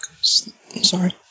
sorry